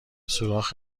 سوراخ